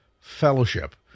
Fellowship